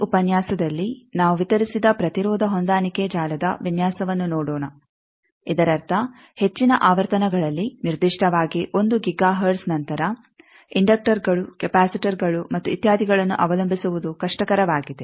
ಈ ಉಪನ್ಯಾಸದಲ್ಲಿ ನಾವು ವಿತರಿಸಿದ ಪ್ರತಿರೋಧ ಹೊಂದಾಣಿಕೆ ಜಾಲದ ವಿನ್ಯಾಸವನ್ನು ನೋಡೋಣ ಇದರರ್ಥ ಹೆಚ್ಚಿನ ಆವರ್ತನಗಳಲ್ಲಿ ನಿರ್ದಿಷ್ಟವಾಗಿ 1 ಗಿಗಾ ಹರ್ಟ್ಜ್ ನಂತರ ಇಂಡಕ್ಟರ್ ಗಳು ಕೆಪಾಸಿಟರ್ಗಳು ಮತ್ತು ಇತ್ಯಾದಿಗಳನ್ನು ಅವಲಂಬಿಸುವುದು ಕಷ್ಟಕರವಾಗಿದೆ